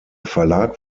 verlag